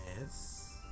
Yes